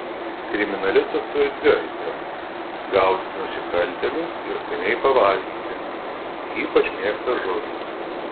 kriminalistas turi dvi aistras gaudyti nusikaltėlius ir skaniai pavalgyti ypač mėgsta žuvį